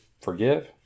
forgive